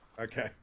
Okay